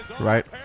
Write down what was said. Right